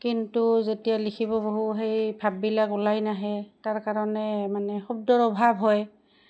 কিন্তু যেতিয়া লিখিব বহো সেই ভাববিলাক ওলাই নাহে তাৰ কাৰণে মানে শব্দৰ অভাৱ হয়